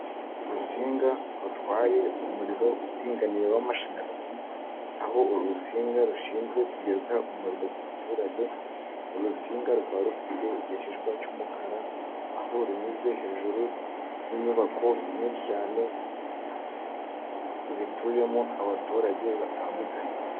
Urusinga rutwaye umuriro uringaniye w'amashanyarazi, aho uru rusinga rushinzwe kugeza umuriro ku baturage, uru rusinga rukaba rufite igishishwa cy'umukara, aho runyuze hejuru y'inyubako nyinshi cyane zituyemo abaturage batandukanye.